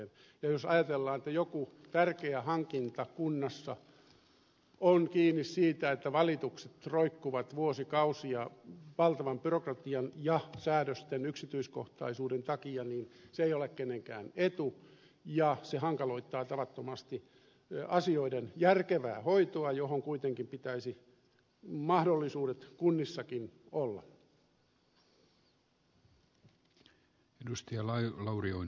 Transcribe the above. ja jos ajatellaan että joku tärkeä hankinta kunnassa on kiinni siitä että valitukset roikkuvat vuosikausia valtavan byrokratian ja säädösten yksityiskohtaisuuden takia niin se ei ole kenenkään etu ja se hankaloittaa tavattomasti asioiden järkevää hoitoa johon kuitenkin pitäisi mahdollisuudet kunnissakin olla